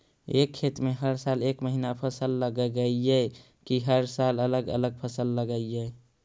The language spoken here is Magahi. एक खेत में हर साल एक महिना फसल लगगियै कि हर साल अलग अलग फसल लगियै?